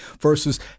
versus